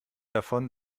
davon